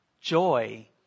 joy